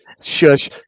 shush